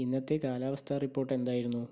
ഇന്നത്തെ കാലാവസ്ഥ റിപ്പോർട്ട് എന്തായിരുന്നു